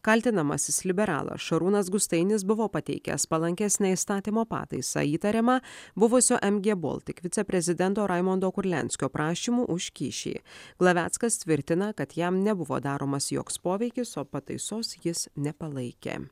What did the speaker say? kaltinamasis liberalas šarūnas gustainis buvo pateikęs palankesnę įstatymo pataisą įtariamą buvusio mg baltic viceprezidento raimondo kurlianskio prašymu už kyšį glaveckas tvirtina kad jam nebuvo daromas joks poveikis o pataisos jis nepalaikė